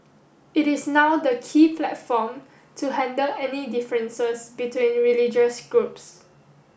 it is now the key platform to handle any differences between religious groups